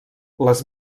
les